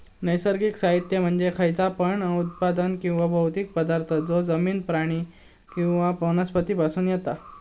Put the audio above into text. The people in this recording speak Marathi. नैसर्गिक साहित्य म्हणजे खयचा पण उत्पादन किंवा भौतिक पदार्थ जो जमिन, प्राणी किंवा वनस्पती पासून येता